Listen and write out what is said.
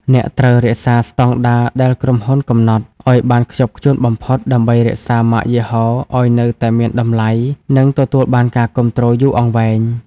អ្នកត្រូវ "រក្សាស្តង់ដារដែលក្រុមហ៊ុនកំណត់" ឱ្យបានខ្ជាប់ខ្ជួនបំផុត ដើម្បីរក្សាម៉ាកយីហោឱ្យនៅតែមានតម្លៃ និងទទួលបានការគាំទ្រយូរអង្វែង។